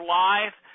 life